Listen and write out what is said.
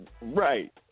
Right